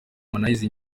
harmonize